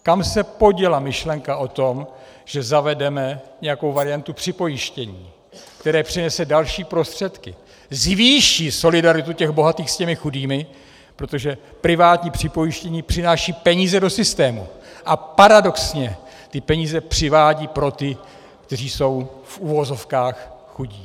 Kam se poděla myšlenka o tom, že zavedeme nějakou variantu připojištění, které přinese další prostředky, zvýší solidaritu bohatých s chudými, protože privátní připojištění přináší peníze do systému a paradoxně ty peníze přivádí pro ty, kteří jsou v uvozovkách chudí?